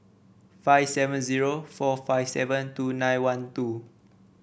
five seven zero four five seven two nine one two